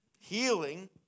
healing